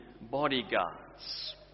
bodyguards